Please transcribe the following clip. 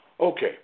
Okay